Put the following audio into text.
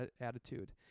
attitude